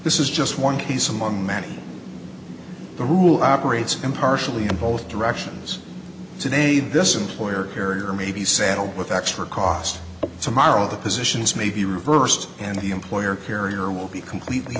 this is just one case among many the rule operates impartially in both directions today this employer carrier may be saddled with extra cost tomorrow the positions may be reversed and the employer carrier will be completely